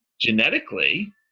genetically